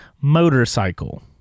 motorcycle